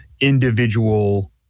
individual